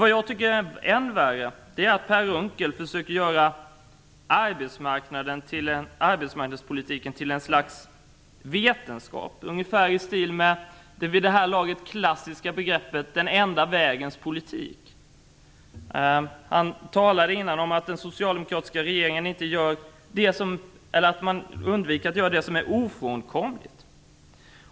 Vad jag tycker är än värre är att Per Unckel försöker göra arbetsmarknadspolitiken till en vetenskap, ungefär i stil med det vid det här laget klassiska begreppet "den enda vägens politik". Per Unckel talade förut om att den socialdemokratiska regeringen undviker att göra det som är ofrånkomligt.